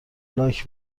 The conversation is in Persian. لاک